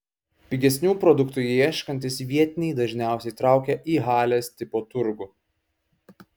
pigesnių produktų ieškantys vietiniai dažniausiai traukia į halės tipo turgų